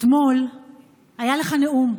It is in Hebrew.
אתמול היה לך נאום.